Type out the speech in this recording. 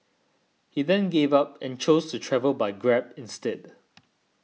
he then gave up and chose to travel by Grab instead